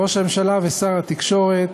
ראש הממשלה ושר התקשורת,